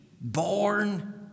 born